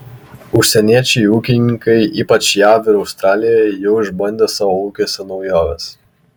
užsieniečiai ūkininkai ypač jav ir australijoje jau išbandė savo ūkiuose naujoves